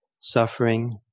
suffering